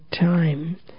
time